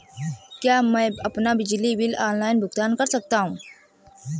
क्या मैं अपना बिजली बिल ऑनलाइन भुगतान कर सकता हूँ?